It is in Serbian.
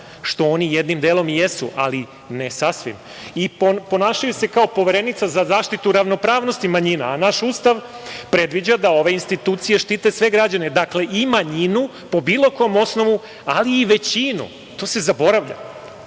što oni jednim delom i jesu, ali ne sasvim i ponašaju se kao Poverenica za zaštitu ravnopravnosti manjina, a naš Ustav predviđa da ove institucije štite sve građane, dakle i manjinu, po bilo kom osnovu, ali i većinu, to se zaboravlja. Znači,